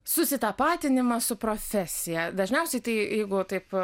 susitapatinimas su profesija dažniausiai tai jeigu taip